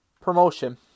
promotion